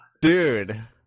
Dude